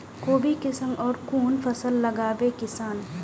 कोबी कै संग और कुन फसल लगावे किसान?